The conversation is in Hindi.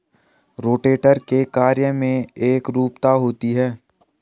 रोटेटर के कार्य में एकरूपता होती है